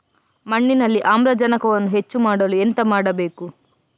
ಮಣ್ಣಿನಲ್ಲಿ ಆಮ್ಲಜನಕವನ್ನು ಹೆಚ್ಚು ಮಾಡಲು ಎಂತ ಮಾಡಬೇಕು?